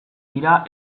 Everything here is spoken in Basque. dira